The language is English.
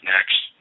Next